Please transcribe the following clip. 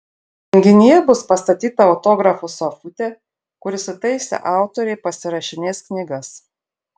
renginyje bus pastatyta autografų sofutė kur įsitaisę autoriai pasirašinės knygas